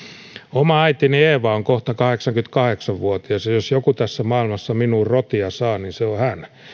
oma äitini eeva on kohta kahdeksankymmentäkahdeksan vuotias ja jos joku tässä maailmassa minuun rotia saa niin se on hän